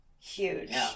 huge